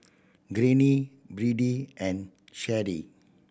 Greene Birdie and Sheri